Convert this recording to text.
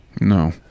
No